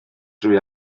drwy